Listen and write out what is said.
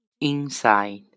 inside